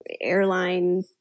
airline